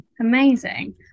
Amazing